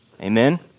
Amen